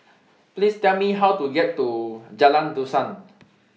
Please Tell Me How to get to Jalan Dusan